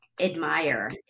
admire